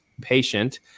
Patient